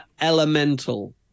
elemental